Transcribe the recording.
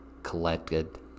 collected